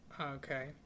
Okay